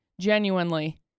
genuinely